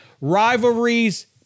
rivalries